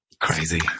Crazy